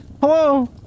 Hello